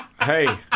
Hey